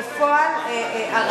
בפועל יש שופט אחד.